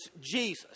Jesus